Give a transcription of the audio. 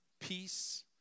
Peace